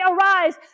arise